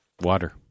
Water